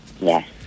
Yes